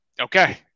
Okay